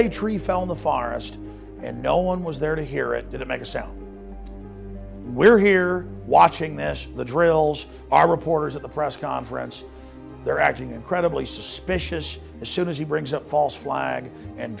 they tree fell in the far east and no one was there to hear it didn't make a sound we're here watching this the drills are reporters at the press conference they're acting incredibly suspicious as soon as he brings up false flag and